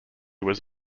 was